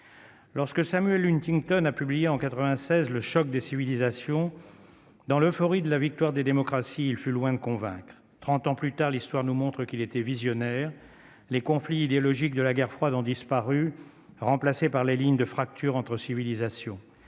Lorsque Samuel une Huntington a publié en 96, le choc des civilisations dans l'euphorie de la victoire des démocraties, il fut loin de convaincre : en 30 ans plus tard, l'histoire nous montre qu'il était visionnaire, les conflits idéologiques de la guerre froide ont disparu, remplacées par les lignes de fracture entre civilisations,